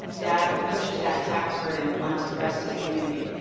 that pushes that tax burden onto the rest of the community.